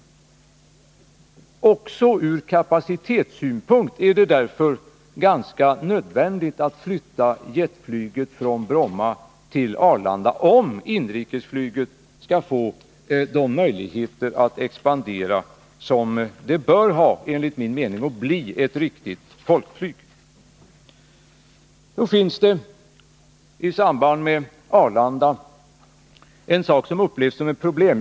Det är alltså även från kapacitetssynpunkt ganska nödvändigt att flytta jetflyget från Bromma till Arlanda, om inrikesflyget skall få de möjligheter att expandera som det, enligt min mening, bör ha och därmed bli ett riktigt folkflyg. Nu finns det beträffande Arlanda en sak som upplevs som ett problem.